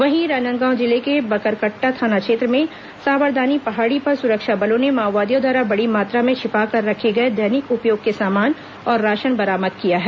वहीं राजनांदगांव जिले के बकरकट्टा थाना क्षेत्र में साबरदानी पहाड़ी पर सुरक्षा बलों ने माओवादियों द्वारा बड़ी मात्रा में छिपाकर रखे गए दैनिक उपयोग के सामान और राशन बरामद किया है